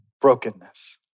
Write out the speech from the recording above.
brokenness